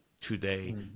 today